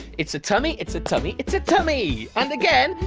it's a tummy. it's a tummy. it's a tummy. and again.